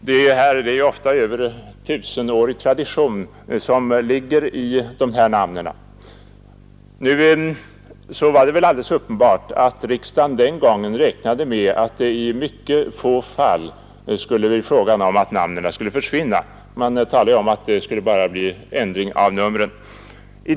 Det finns ju ofta en tusenårig tradition bakom dessa namn. Uppenbart är också att riksdagen den gången räknade med att det endast i mycket få fall skulle bli fråga om att namnen försvann; man talade bara om att det skulle bli en ändring av numren.